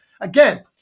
Again